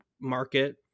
market